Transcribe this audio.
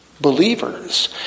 believers